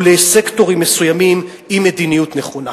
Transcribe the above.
או לסקטורים מסוימים, היא מדיניות נכונה.